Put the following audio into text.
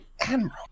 admiral